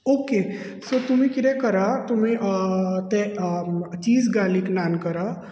okay so तुमी कितें करा तुमी ते चीज गार्लीक नान करा